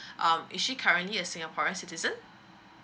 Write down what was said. um is she currently a singaporean citizen